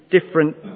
different